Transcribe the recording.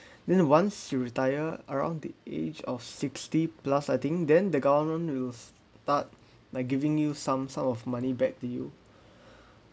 then once you retire around the age of sixty plus I think then the government will start like giving you some sort of money back to you